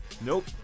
Nope